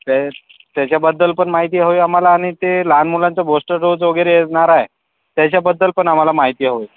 ते त्याच्याबद्दल पण माहिती हवी आम्हाला आणि ते लहान मुलांचं बूस्टर डोस वगैरे येणार आहे त्याच्याबद्दल पण आम्हाला माहिती हवी